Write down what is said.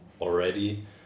already